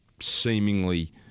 seemingly